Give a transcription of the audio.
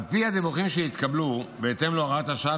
על פי הדיווחים שהתקבלו בהתאם להוראת השעה,